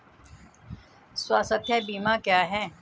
स्वास्थ्य बीमा क्या है?